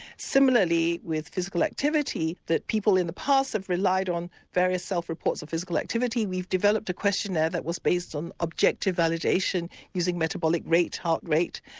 similarly with physical activity that people in the past have relied on various self reports on physical activity, we've developed a questionnaire that was based on objective validation using metabolic rate, heart rate,